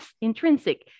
intrinsic